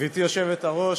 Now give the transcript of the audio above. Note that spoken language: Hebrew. גברתי היושבת-ראש,